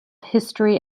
history